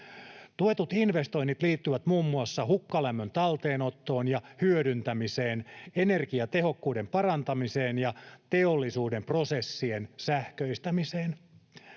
Tuetut investoinnit liittyvät muun muassa hukkalämmön talteenottoon ja hyödyntämiseen, energiatehokkuuden parantamiseen ja teollisuuden prosessien sähköistämiseen.